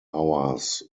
hours